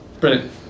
Brilliant